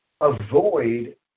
avoid